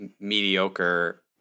mediocre